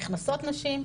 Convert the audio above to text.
נכנסות נשים,